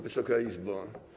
Wysoka Izbo!